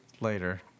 later